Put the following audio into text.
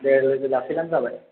दे लोगो लाफैबानो जाबाय